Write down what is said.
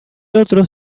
otros